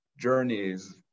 journeys